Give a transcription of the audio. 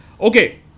Okay